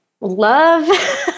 love